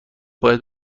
باید